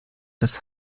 das